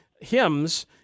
hymns